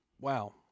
Wow